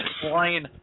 flying